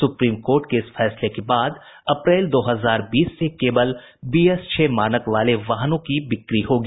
supreme Court के इस फैसले के बाद अप्रैल दो हजार बीस से केवल बीएस छह मानक वाले वाहनों की बिक्री होगी